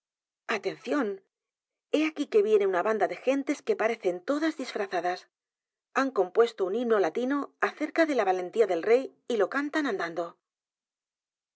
atención lie aquí que vie ne una banda de ge nte s que pare ce n todas disfrazadas han compue sto u n himno latino acerca de la vale ntía de l re y y lo cantan andando